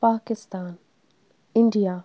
Pakistan India